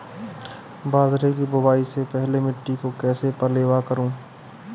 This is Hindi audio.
बाजरे की बुआई से पहले मिट्टी को कैसे पलेवा करूं?